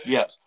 Yes